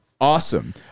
Awesome